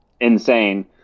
insane